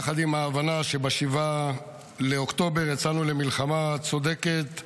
יחד עם ההבנה שב-7 באוקטובר יצאנו למלחמה צודקת,